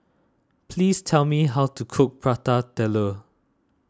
please tell me how to cook Prata Telur